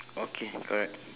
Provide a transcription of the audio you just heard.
okay correct